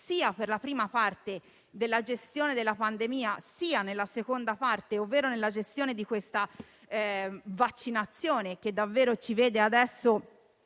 sia per la prima parte della gestione della pandemia, sia per la seconda parte relativa alla gestione della vaccinazione, che ci vede adesso